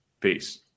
Peace